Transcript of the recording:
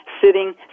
sitting